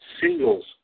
singles